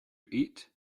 eat